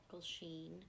sheen